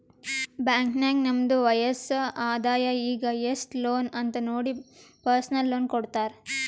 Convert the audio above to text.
bank ನಾಗ್ ನಮ್ದು ವಯಸ್ಸ್, ಆದಾಯ ಈಗ ಎಸ್ಟ್ ಲೋನ್ ಅಂತ್ ನೋಡಿ ಪರ್ಸನಲ್ ಲೋನ್ ಕೊಡ್ತಾರ್